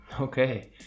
Okay